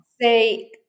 say